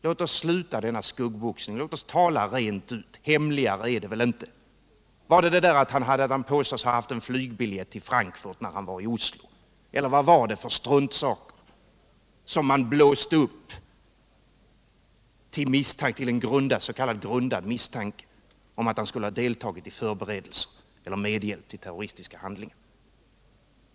Låt oss sluta med denna skuggboxning, låt oss tala rent ut. Hemligare är det väl inte? Var det detta att han påstods ha haft en flygbiljett till Frankfurt när han var i Oslo eller vad var det för struntsaker som man blåste upp till en s.k. grundad misstanke om att han skulle ha deltagit i förberedelser för eller medhjälp till terroristiska handlingar?